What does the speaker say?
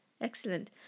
excellent